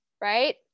right